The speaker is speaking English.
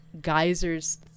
geysers